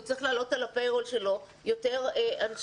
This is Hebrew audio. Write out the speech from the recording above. יצטרך להעלות על לוח השכר שלו יותר גננות,